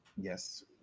Yes